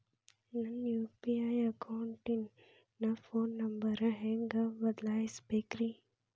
ನನ್ನ ಯು.ಪಿ.ಐ ಅಕೌಂಟಿನ phone number ಹೆಂಗ್ ಬದಲಾಯಿಸ ಬೇಕ್ರಿ?